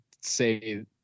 say